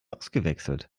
ausgewechselt